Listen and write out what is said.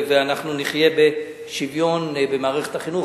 ואנחנו נחיה בשוויון במערכת החינוך.